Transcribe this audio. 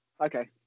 okay